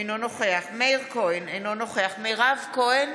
אינו נוכח מאיר כהן, אינו נוכח מירב כהן,